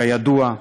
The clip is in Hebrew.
כידוע,